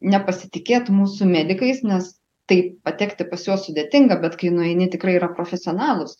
nepasitikėt mūsų medikais nes taip patekti pas juos sudėtinga bet kai nueini tikrai yra profesionalūs